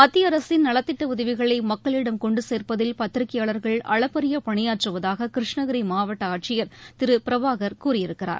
மத்திய அரசின் நலத்திட்ட உதவிகளை மக்களிடம் கொண்டு சேர்ப்பதில் பத்திரிகையாளர்கள் அளப்பரிய பணியாற்றுவதாக கிருஷ்ணகிரி மாவட்ட ஆட்சியர் திரு பிரபாகள் கூறியிருக்கிறார்